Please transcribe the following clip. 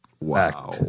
Wow